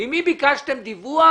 ממי ביקשתם דיווח